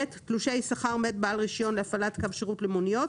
תלושי שכר מאת בעל רישיון להפעלת קו שירות למוניות